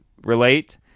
relate